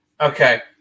Okay